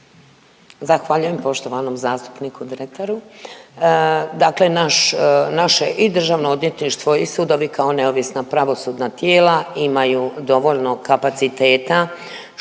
Hvala lijepo poštovanom zastupniku Dretaru. Dakle, naš, naše i Državno odvjetništvo i sudovi kao neovisna pravosudna tijela imaju dovoljno kapaciteta,